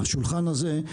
השולחן הזה,